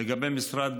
לגבי משרד